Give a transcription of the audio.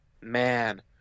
man